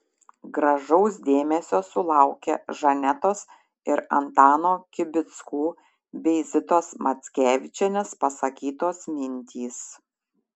gražaus dėmesio sulaukė žanetos ir antano kibickų bei zitos mackevičienės pasakytos mintys